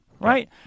right